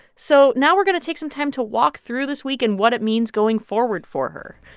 so now we're going to take some time to walk through this week and what it means going forward for her.